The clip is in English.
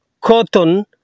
cotton